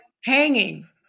hanging